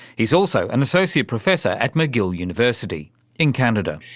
he's also an associate professor at mcgill university in canada.